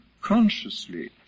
consciously